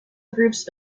groups